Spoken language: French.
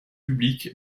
public